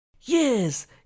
Yes